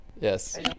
yes